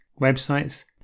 websites